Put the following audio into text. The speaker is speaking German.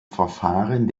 verfahren